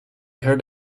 heard